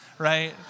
right